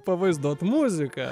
pavaizduot muziką